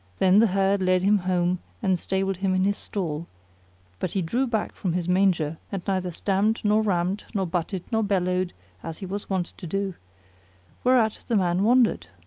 then the herd led him home and stabled him in his stall but he drew back from his manger and neither stamped nor ramped nor butted nor bellowed as he was wont to do whereat the man wondered.